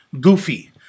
goofy